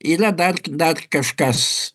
yra dar dar kažkas